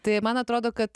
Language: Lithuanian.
tai man atrodo kad